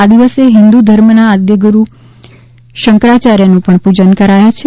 આ દિવસે હિન્દુ ધર્મના આદિગુરૂ આદ્ય શંકરાચાર્યનું પૂજન કરાય છે